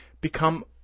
become